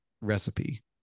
recipe